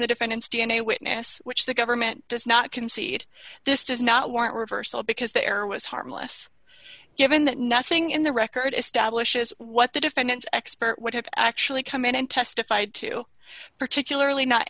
the defendant's d n a witness which the government does not concede this does not warrant reversal because there was harmless given that nothing in the record establishes what the defendant's expert would have actually come in and testified to particularly not